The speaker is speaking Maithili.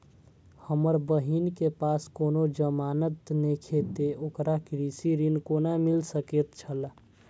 हमर बहिन के पास कोनो जमानत नेखे ते ओकरा कृषि ऋण कोना मिल सकेत छला?